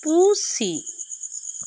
ᱯᱩᱥᱤ